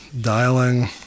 Dialing